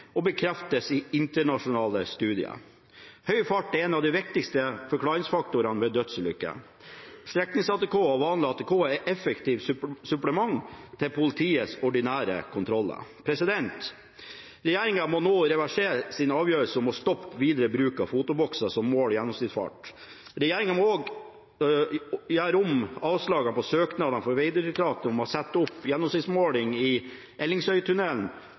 og bekreftes i internasjonale studier. Høg fart er en av de viktigste forklaringsfaktorene ved dødsulykker. Streknings-ATK og vanlig ATK er effektive supplement til politiets ordinære kontroller. Regjeringen må nå reversere sin avgjørelse om å stoppe videre bruk av fotobokser som måler gjennomsnittsfart. Regjeringen må også omgjøre avslaget på søknaden fra Vegdirektoratet om å sette opp gjennomsnittsmåling i